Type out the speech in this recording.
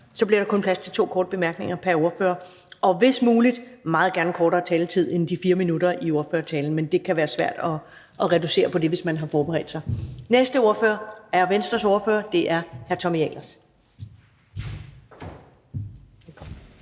ministeren, kun plads til to korte bemærkninger pr. ordfører, og hvis muligt meget gerne kortere taletid end de 4 minutter i ordførertalen, men det kan være svært at reducere på det, hvis man har forberedt sig. Næste ordfører er Venstres ordfører, og det er hr. Tommy Ahlers.